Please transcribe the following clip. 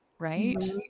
right